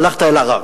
הלכת אל הרב.